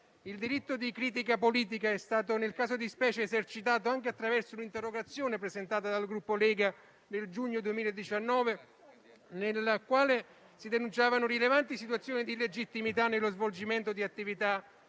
Il diritto di critica politica è stato, nel caso di specie, esercitato anche attraverso un'interrogazione presentata dal Gruppo Lega nel giugno 2019, nella quale si denunciavano rilevanti situazioni di illegittimità nello svolgimento di attività